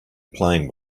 playing